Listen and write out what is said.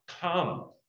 Come